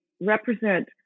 represent